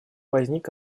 возник